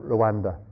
Rwanda